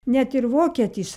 net ir vokietis